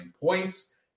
points